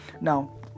now